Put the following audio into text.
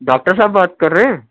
doctor صاحب بات کر رہے ہیں